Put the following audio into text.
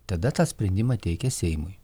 tada tą sprendimą teikia seimui